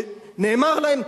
שנאמר להם: